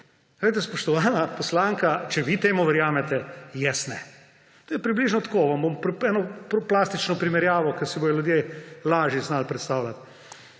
Spoštovana poslanka, če vi temu verjamete, jaz ne. To je približno tako – vam bom dal plastično primerjavo, ki si jo bodo ljudje lažje znali predstavljati